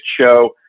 show